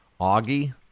Augie